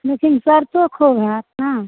लेकिन चरचो खूब हैत ने